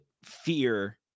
fear